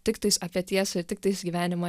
tiktais apie tiesą ir tiktais gyvenimą